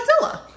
Godzilla